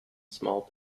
small